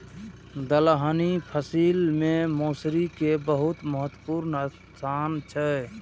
दलहनी फसिल मे मौसरी के बहुत महत्वपूर्ण स्थान छै